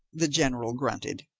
the general grunted.